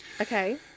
Okay